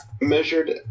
measured